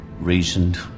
reasoned